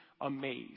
amazed